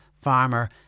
farmer